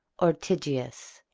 ortygius,